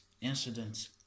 incidents